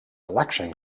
election